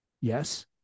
Yes